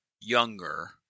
younger